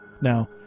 Now